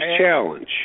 challenge